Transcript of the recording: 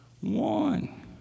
one